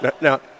Now